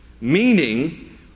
meaning